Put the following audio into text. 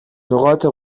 نقاط